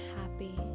happy